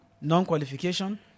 non-qualification